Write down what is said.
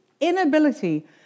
inability